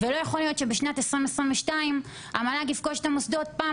ולא יכול להיות שבשנת 2022 המל"ג יפגוש את המוסדות פעם